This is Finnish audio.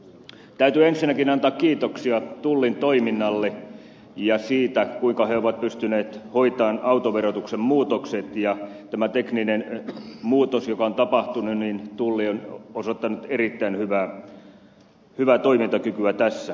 täytyy ensinnäkin antaa kiitoksia tullin toiminnalle siitä kuinka he ovat pystyneet hoitamaan autoverotuksen muutokset ja tässä teknisessä muutoksessa joka on tapahtunut tulli on osoittanut erittäin hyvää toimintakykyä